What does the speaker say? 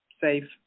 safe